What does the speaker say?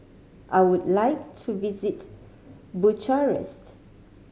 I would like to visit Bucharest